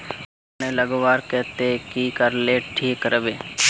धानेर लगवार केते की करले ठीक राब?